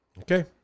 Okay